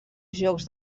jocs